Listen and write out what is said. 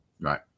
Right